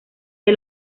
que